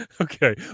okay